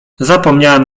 zapomniałem